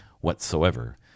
whatsoever